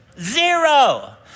Zero